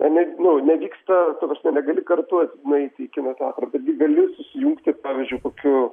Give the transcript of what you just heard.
ane nu nevyksta ta prasme negali kartu nueiti į kino teatrą bet gi gali susijungti pavyzdžiui kokiu